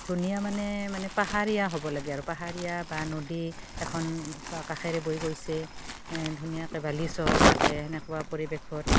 ধুনীয়া মানে মানে পাহাৰীয়া হ'ব লাগে আৰু পাহাৰীয়া বা নদী এখন কাষেৰে বৈ গৈছে ধুনীয়া বালিচৰ থাকে এনেকুৱা পৰিৱেশত